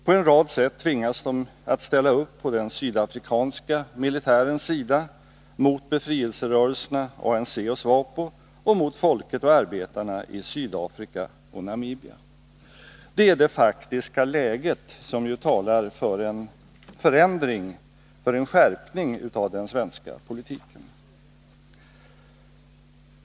På en rad sätt tvingas de att ställa upp på den sydafrikanska militärens sida, mot befrielserörelserna ANC och SWAPO, och mot folket och arbetarna i Sydafrika och Namibia. Detta är det faktiska läget, som talar för en skärpning av den svenska politiken.